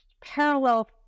parallel